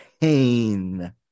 pain